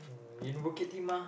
in Bukit-Timah